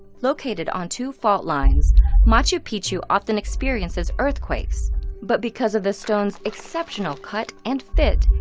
located on two fault lines machu picchu often experiences earthquakes but because of the stones' exceptional cut and fit,